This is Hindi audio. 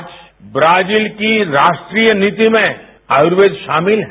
आज ब्राजिल की राष्ट्रीय नीति में आयुर्वेद शामिल है